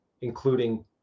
including